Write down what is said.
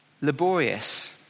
laborious